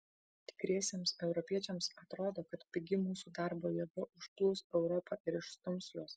tikriesiems europiečiams atrodo kad pigi mūsų darbo jėga užplūs europą ir išstums juos